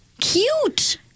Cute